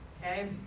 okay